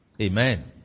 Amen